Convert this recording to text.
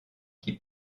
qui